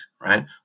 right